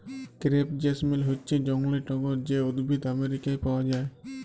crepe jasmine হচ্যে জংলী টগর যে উদ্ভিদ আমেরিকায় পাওয়া যায়